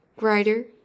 writer